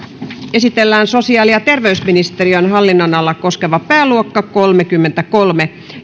esitellään sosiaali ja terveysministeriön hallinnonalaa koskeva pääluokka kolmekymmentäkolme